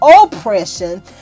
oppression